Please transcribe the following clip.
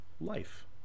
life